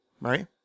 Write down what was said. Right